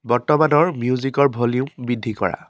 বৰ্তমানৰ মিউজিকৰ ভলিউম বৃদ্ধি কৰা